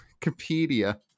Wikipedia